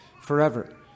forever